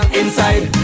inside